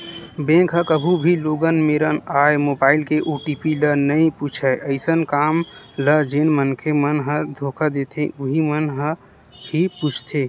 bank ह कभू भी लोगन मेरन आए मोबाईल के ओ.टी.पी ल नइ पूछय अइसन काम ल जेन मनखे मन ह धोखा देथे उहीं मन ह ही पूछथे